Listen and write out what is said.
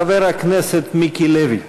חבר הכנסת מיקי לוי,